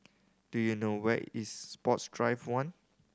do you know where is Sports Drive One